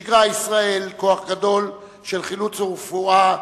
שיגרה ישראל כוח גדול של חילוץ ורפואה,